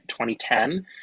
2010